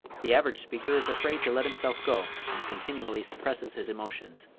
the average speaker is afraid to let himself go, and continually suppresses his emotions.